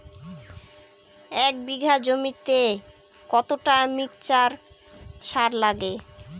এক বিঘা জমিতে কতটা মিক্সচার সার লাগে?